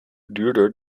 duurder